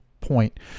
point